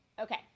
Okay